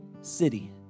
city